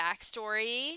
backstory